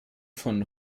von